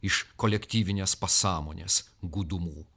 iš kolektyvinės pasąmonės glūdumų